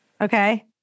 Okay